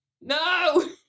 No